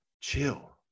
chill